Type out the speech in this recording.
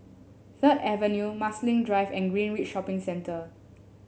Third Avenue Marsiling Drive and Greenridge Shopping Centre